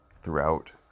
throughout